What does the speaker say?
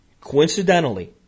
Coincidentally